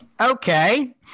okay